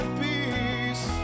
peace